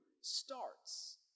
starts